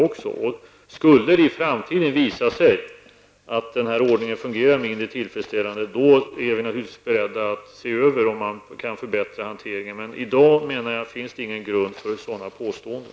Om det skulle visa sig i framtiden att denna ordning fungerar mindre tillfredsställande är vi naturligtvis beredda att se över om man kan förbättra hanteringen. Men i dag finns det ingen grund för sådana påståenden.